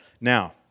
Now